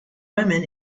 women